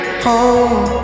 home